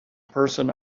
person